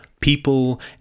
people